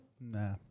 Nah